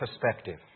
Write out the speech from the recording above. perspective